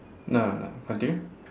no no no continue